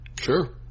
Sure